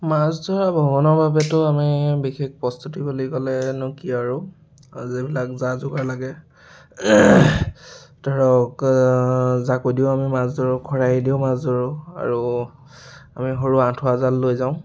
মাছ ধৰা ভ্ৰমণৰ বাবেতো আমি বিশেষ প্ৰস্তুতি বুলি ক'লেনো কি আৰু যিবিলাক যা যোগাৰ লাগে ধৰক জাকৈ দিও আমি মাছ ধৰোঁ খৰাহি দিও মাছ ধৰোঁ আৰু আমি সৰু আঁঠুৱা জাল লৈ যাওঁ